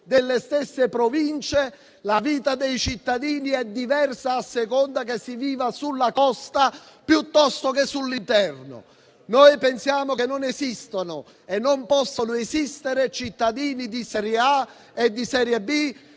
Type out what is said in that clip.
delle stesse Province, la vita dei cittadini è diversa a seconda che si viva sulla costa o nell'entroterra. Noi pensiamo che non esistano e non possano esistere cittadini di serie A e di serie B,